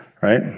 right